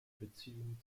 beziehung